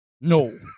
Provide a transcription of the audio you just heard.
No